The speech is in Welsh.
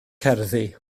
cerddi